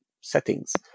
settings